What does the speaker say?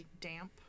damp